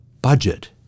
budget